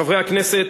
חברי הכנסת,